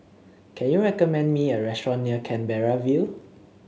can you recommend me a restaurant near Canberra View